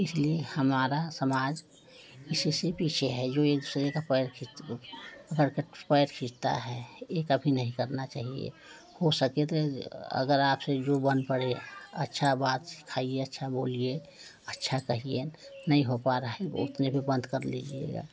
इसलिए हमारा समाज इसी से पीछे है जो एक दूसरे का पैर खींच लो पकड़ के पैर खींचता है ये कभी नहीं करना चाहिए हो सके तो अगर आपसे जो बन पड़े अच्छा बात सिखाइए अच्छा बोलिए अच्छा कहिए नहीं हो पा रहा है वो अपने पे बंद कर लीजिएगा